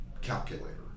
calculator